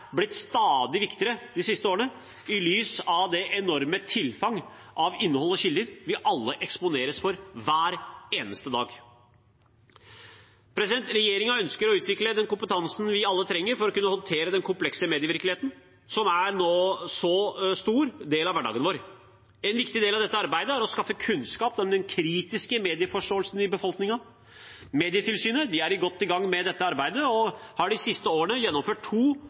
blitt stadig viktigere de siste årene i lys av det enorme tilfanget av innhold og kilder vi alle eksponeres for hver eneste dag. Regjeringen ønsker å utvikle den kompetansen vi alle trenger for å kunne håndtere den komplekse medievirkeligheten, som er en så stor del av hverdagen vår. En viktig del av dette arbeidet er å skaffe kunnskap om den kritiske medieforståelsen i befolkningen. Medietilsynet er godt i gang med dette arbeidet og har de siste årene gjennomført to